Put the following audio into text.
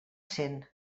cent